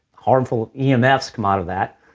harmful yeah um emf's come out of that,